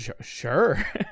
sure